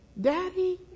Daddy